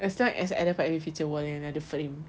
as long as I dapat feature wall yang ada frame